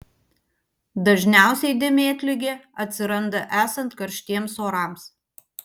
dažniausiai dėmėtligė atsiranda esant karštiems orams